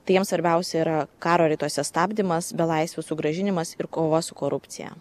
tai jiems svarbiausia yra karo rytuose stabdymas belaisvių sugrąžinimas ir kova su korupcija